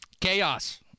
Chaos